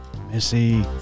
Missy